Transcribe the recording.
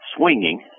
swinging